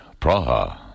Praha